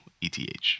ETH